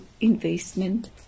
Investment